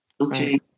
Okay